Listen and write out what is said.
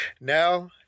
Now